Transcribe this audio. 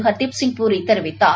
ஹர்தீப்சிங் பூரி தெரிவித்தார்